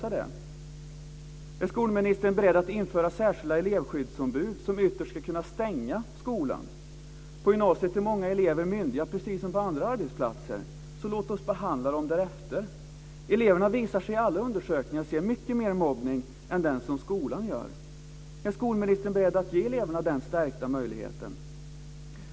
Är skolministern beredd att lösa det? På gymnasiet är många elever myndiga, precis som på många andra arbetsplatser. Låt oss då behandla dem därefter! Eleverna visar sig i alla undersökningar se mycket mer mobbning än den som skolan ser. Är skolministern beredd att ge eleverna den stärkta möjligheten?